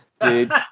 dude